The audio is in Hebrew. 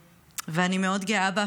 ואני מאוד גאה בה,